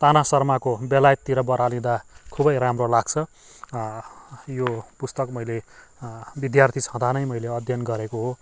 ताना शर्माको बेलायततिर बरालिँदा खुबै राम्रो लाग्छ यो पुस्तक मैले विद्यार्थी छँदा नै मैले अध्ययन गरेको हो